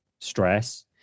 stress